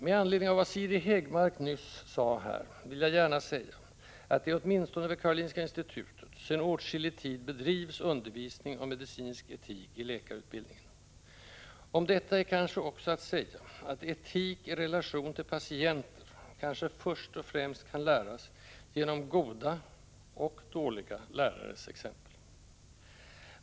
Med anledning av vad Siri Häggmark nyss sade vill jag nämna att det åtminstone vid Karolinska institutet sedan åtskillig tid bedrivs undervisning om medicinsk etik i läkarutbildningen. Om detta är måhända också att säga att etik i relation till patienten kanske först och främst kan läras genom goda —- och dåliga — lärares exempel.